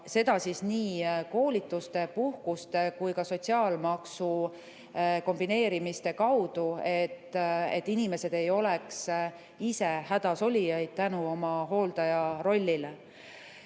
ja seda nii koolituste, puhkuste kui ka sotsiaalmaksu kombineerimise kaudu, et inimesed ei oleks ise hädasolijad oma hooldajarolli